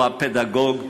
הוא הפדגוג,